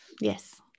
Yes